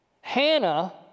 Hannah